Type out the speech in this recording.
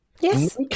Yes